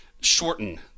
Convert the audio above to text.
shorten